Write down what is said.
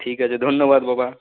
ঠিক আছে ধন্যবাদ বাবা